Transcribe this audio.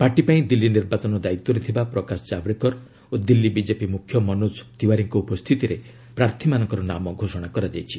party ପାଇଁ ଦିଲ୍ଲୀ ନିର୍ବାଚନ ଦାୟିତ୍ୱରେ ଥିବା ପ୍ରକାଶ ଜାବଡେକର ଓ ଦିଲ୍ଲୀ ବିଜେପି ମୁଖ୍ୟ ମନୋଜ ତିୱାରୀଙ୍କ ଉପସ୍ଥିତିରେ ପ୍ରାର୍ଥୀମାନଙ୍କର ନାମ ଘୋଷଣା କରାଯାଇଛି